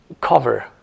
cover